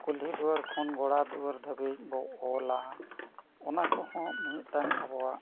ᱠᱩᱞᱦᱤ ᱫᱩᱣᱟᱹᱨ ᱠᱷᱚᱱ ᱜᱚᱲᱟ ᱫᱩᱣᱟᱹᱨ ᱫᱷᱟᱹᱵᱤᱡ ᱵᱚ ᱚᱞᱟ ᱚᱱᱟ ᱠᱚᱦᱚᱸ ᱢᱤᱫᱴᱟᱝ ᱟᱵᱚᱣᱟᱜ